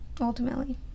ultimately